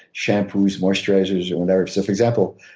shampoos, moisturizers and whatever. so for example,